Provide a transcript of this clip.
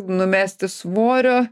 numesti svorio